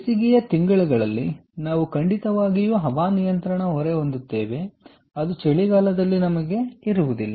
ಬೇಸಿಗೆಯ ತಿಂಗಳುಗಳಲ್ಲಿ ನಾವು ಖಂಡಿತವಾಗಿಯೂ ಹವಾನಿಯಂತ್ರಣ ಹೊರೆ ಹೊಂದುತ್ತೇವೆ ಅದು ಚಳಿಗಾಲದಲ್ಲಿ ನಮಗೆ ಇರುವುದಿಲ್ಲ